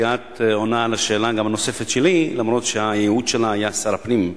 כי את עונה על השאלה הנוספת שלי אף-על-פי שהייעוד שלה היה שר הפנים,